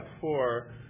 four